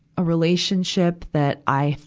a relationship that i,